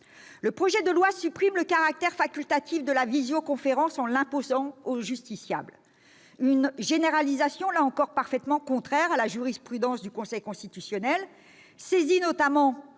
le projet de loi supprime le caractère facultatif de la visioconférence en l'imposant aux justiciables. Une telle généralisation est encore une fois parfaitement contraire à la jurisprudence du Conseil constitutionnel. Saisis notamment